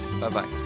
Bye-bye